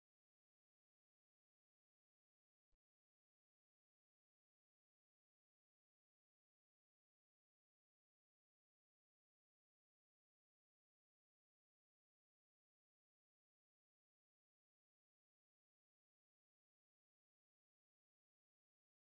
కాబట్టి ఈ నిర్దిష్ట సమస్య కోసం zL ఇక్కడ ఎక్కడో ఉందని పరిగణించండి ఆపై ఈ పాయింట్ కు చేరుకోండి ఇక్కడకు వెళ్ళండి ఈ పాయింట్ వద్ద ఆగి విలువను గుర్తించండి ఇక్కడ పాయింట్ను గుర్తించండి ఆపై మీరు ఓపెన్ సర్క్యూట్ స్టబ్ను ఉపయోగించవచ్చు